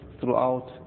throughout